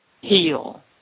Heal